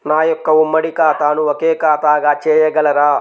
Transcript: నా యొక్క ఉమ్మడి ఖాతాను ఒకే ఖాతాగా చేయగలరా?